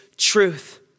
truth